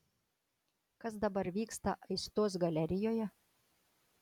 kas dabar vyksta aistos galerijoje